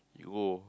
you oh